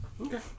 Okay